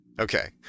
Okay